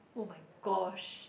[oh]-my-gosh